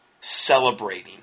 celebrating